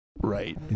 Right